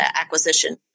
acquisition